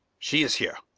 she is here.